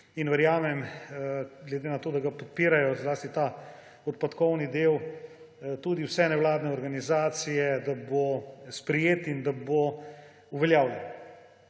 Verjamem, glede na to da ga podpirajo, zlasti ta odpadkovni del, tudi vse nevladne organizacije, da bo sprejet in da bo uveljavljen.